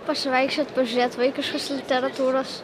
pasivaikščioti pažiūrėti vaikiškos literatūros